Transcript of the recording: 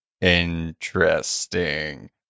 interesting